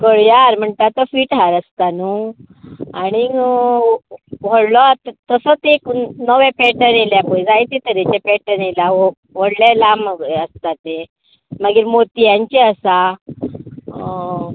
कळयां हार म्हणटा तो फीट हार आसता नू आनीक व्हडलो आतां तसोच एक नवे पॅटर्न येयल्या पळय जाय ते तरेचे पॅटर्न येयल्या व्हडले लांब हे आसता ते मागीर मोतयांचे आसा